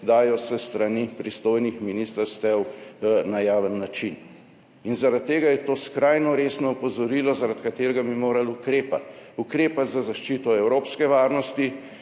dajo s strani pristojnih ministrstev na javen način. Zaradi tega je to skrajno resno opozorilo, zaradi katerega bi morali ukrepati. Ukrepati za zaščito evropske varnosti.